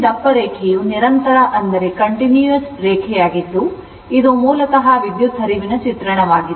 ಈ ದಪ್ಪ ರೇಖೆಯು ನಿರಂತರ ರೇಖೆಯಾಗಿದ್ದು ಇದು ಮೂಲತಃ ವಿದ್ಯುತ್ ಹರಿವಿನ ಚಿತ್ರಣವಾಗಿದೆ